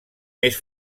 més